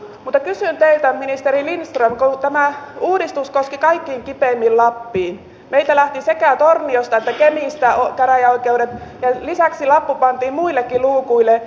mutta kysyn teiltä ministeri lindström kun tämä uudistus koski kaikkein kipeimmin lappia meiltä lähtivät sekä torniosta että kemistä käräjäoikeudet ja lisäksi lappu pantiin muillekin luukuille